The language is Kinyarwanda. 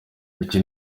iki